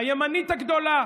הימנית הגדולה,